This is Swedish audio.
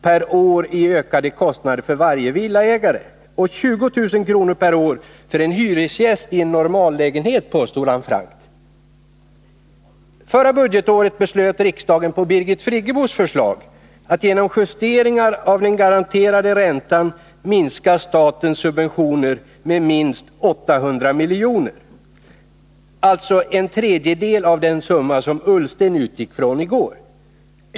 per år i ökade kostnader för varje villaägare och 20 000 kr. per år för en hyresgäst i en normallägenhet, påstod han frankt. Förra budgetåret beslöt riksdagen på Birgit Friggebos förslag att genom justering av den garanterade räntan minska statens subventioner med minst 800 milj.kr., alltså en tredjedel av den summa som Ola Ullsten utgick ifrån i går.